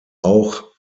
auch